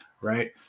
right